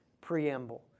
preamble